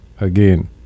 Again